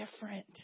different